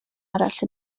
arall